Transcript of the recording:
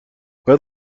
باید